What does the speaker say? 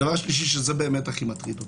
דבר שלישי, שהוא הכי מטריד אותי.